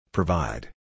Provide